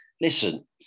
listen